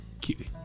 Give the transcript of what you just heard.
Cutie